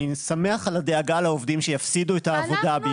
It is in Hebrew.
אני שמח על הדאגה לעובדים שיפסידו את העבודה בעקבות זה.